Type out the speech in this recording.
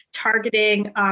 Targeting